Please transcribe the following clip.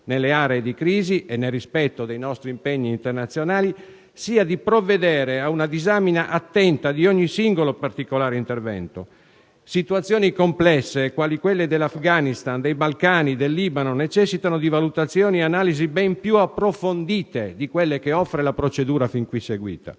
nelle aree di crisi e nel rispetto dei nostri impegni internazionali, sia di provvedere ad una disamina attenta di ogni singolo particolare intervento. Situazioni complesse, quali quelle dell'Afghanistan, dei Balcani e del Libano necessitano di valutazioni ed analisi ben più approfondite di quelle che offre la procedura fin qui seguita.